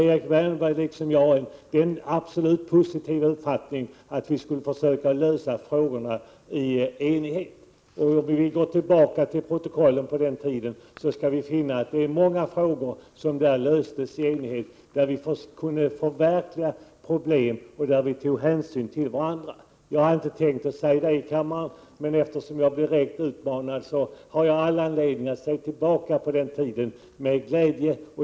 Erik Wärnberg hade liksom jag en positiv inställning till att försöka lösa frågorna i enighet. Om vi går tillbaka till protokollen från den tiden, skall vi finna att många frågor där löstes i enighet. Vi kunde förverkliga förslag till lösningar av problem och vi tog hänsyn till varandra. Jag hade inte tänkt säga detta i kammaren, men eftersom jag direkt har uppmanats därtill har jag anledning att se tillbaka på den tiden med glädje.